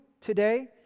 today